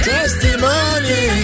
Testimony